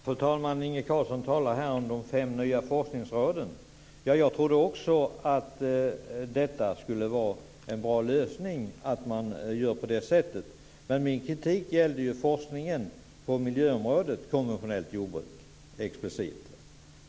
Fru talman! Inge Carlsson talar här om de fem nya forskningsråden. Jag trodde också att det skulle vara en bra lösning att ha det på det sättet. Men min kritik gällde forskningen på miljöområdet - konventionellt jordbruk exklusivt.